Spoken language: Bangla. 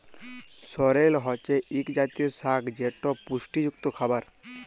সরেল হছে ইক জাতীয় সাগ যেট পুষ্টিযুক্ত খাবার